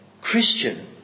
Christian